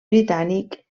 britànic